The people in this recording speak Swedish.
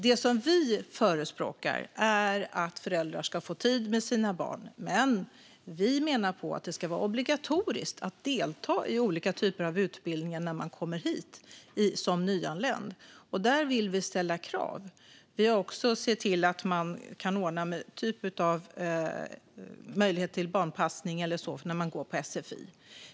Det som vi förespråkar är att föräldrar ska få tid med sina barn, men vi menar att det ska vara obligatoriskt att delta i olika typer av utbildningar när man kommer hit som nyanländ. Där vill vi ställa krav. Vi har också sett till att det kan ordnas någon typ av möjlighet till barnpassning när man går på sfi.